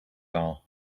are